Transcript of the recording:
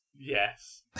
Yes